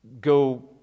go